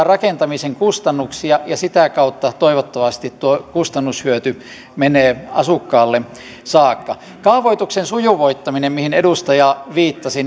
rakentamisen kustannuksia ja sitä kautta toivottavasti tuo kustannushyöty menee asukkaalle saakka kaavoituksen sujuvoittamisessa mihin edustaja viittasi